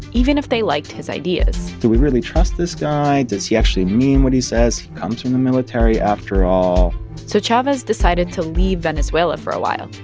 even if they liked his ideas do we really trust this guy? does he actually mean what he says? he comes from the military, after all so chavez decided to leave venezuela for a while,